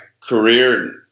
career